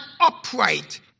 upright